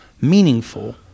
meaningful